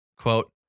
Quote